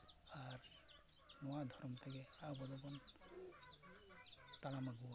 ᱟᱨ ᱱᱚᱣᱟ ᱫᱷᱚᱨᱚᱢ ᱛᱮᱜᱮ ᱟᱵᱚᱫᱚᱵᱚᱱ ᱛᱟᱲᱟᱢ ᱟᱹᱜᱩ ᱟᱠᱟᱫᱟ